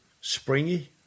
springy